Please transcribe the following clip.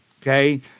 Okay